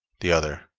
the other,